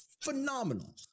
phenomenal